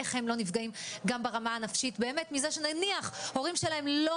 איך הם לא נפגעים גם ברמה הנפשית מזה שההורים שלהם לא